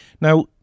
Now